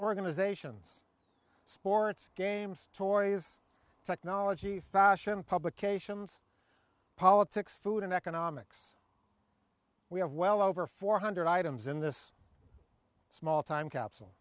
organizations sports games toys technology fashion publications politics food and economics we have well over four hundred items in this small time capsule